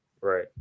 Right